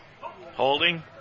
Holding